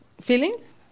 Feelings